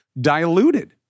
diluted